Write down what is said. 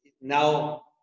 now